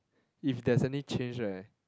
if there's any change right